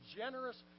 generous